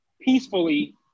peacefully